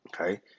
Okay